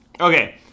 Okay